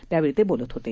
त्यावेळी ते बोलत होते